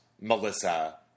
Melissa